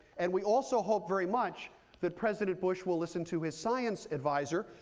and we also hope very much that president bush will listen to his science adviser,